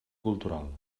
cultural